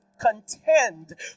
Contend